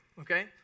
okay